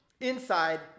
inside